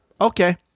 Okay